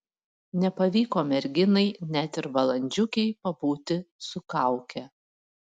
nepavyko merginai net ir valandžiukei pabūti su kauke